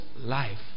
Life